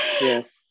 Yes